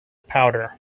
powder